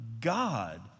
God